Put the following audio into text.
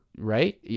right